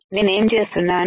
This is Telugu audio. నేను ఏం చేస్తున్నాను